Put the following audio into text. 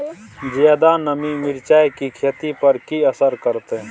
ज्यादा नमी मिर्चाय की खेती पर की असर करते?